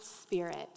spirit